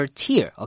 tier，